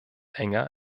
enger